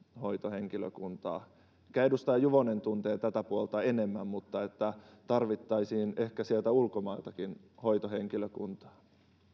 hoitohenkilökuntaa ehkä edustaja juvonen tuntee tätä puolta enemmän mutta tarvittaisiin ehkä sieltä ulkomailtakin hoitohenkilökuntaa